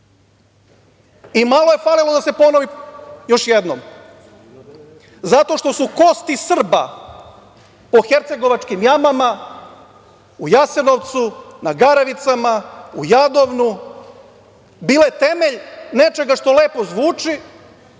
ratu. Malo je falilo da se ponovi još jednom, zato što su kosti Srba po hercegovačkim jamama, u Jasenovcu, na Garavicama, u Jadovnu bile temelj nečega što lepo zvuči,